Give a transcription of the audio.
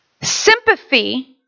Sympathy